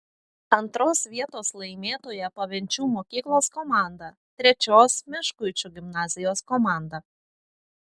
antros vietos laimėtoja pavenčių mokyklos komanda trečios meškuičių gimnazijos komanda